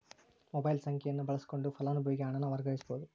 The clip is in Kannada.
ಮೊಬೈಲ್ ಸಂಖ್ಯೆಯನ್ನ ಬಳಸಕೊಂಡ ಫಲಾನುಭವಿಗೆ ಹಣನ ವರ್ಗಾಯಿಸಬೋದ್